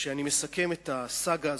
כשאני מסכם את הסאגה הזאת,